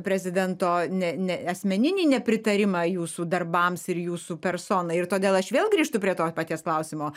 prezidento ne ne asmeninį nepritarimą jūsų darbams ir jūsų personai ir todėl aš vėl grįžtu prie to paties klausimo